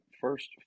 first